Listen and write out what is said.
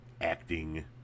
acting